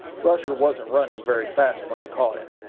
rusher wasn't running very fast when i caught him.